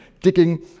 digging